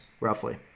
roughly